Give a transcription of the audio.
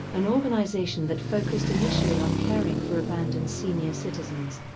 an organization that focused initially on caring for abandoned senior citizens.